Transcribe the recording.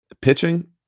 Pitching